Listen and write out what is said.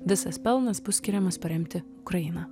visas pelnas bus skiriamas paremti ukrainą